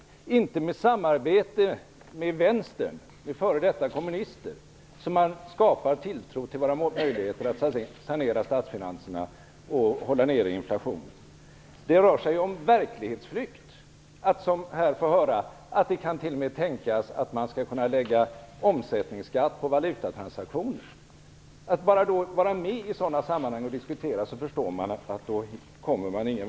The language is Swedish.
Det är inte med samarbete med Vänstern, med före detta kommunister, som man skapar tilltro till våra möjligheter att sanera statsfinanserna och hålla nere inflationen. Det rör sig om verklighetsflykt, när vi får höra att det t.o.m. kan tänkas att man lägger en omsättningsskatt på valutatransaktioner. Om man kan vara med i sådana sammanhang och diskutera, förstår jag att man inte kommer någon vart.